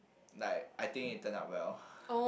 like I think it turn out well